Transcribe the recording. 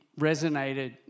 resonated